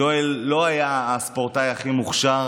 יואל לא היה הספורטאי הכי מוכשר,